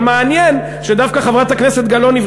אבל מעניין שדווקא חברת הכנסת גלאון,